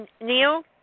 Neil